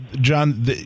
John